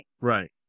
right